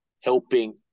helping